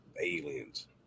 aliens